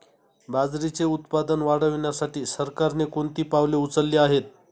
बाजरीचे उत्पादन वाढविण्यासाठी सरकारने कोणती पावले उचलली आहेत?